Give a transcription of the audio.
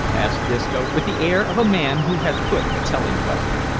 asked disco, with the air of a man who had put a telling question.